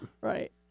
Right